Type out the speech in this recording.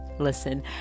Listen